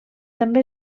també